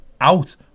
Out